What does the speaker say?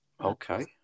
Okay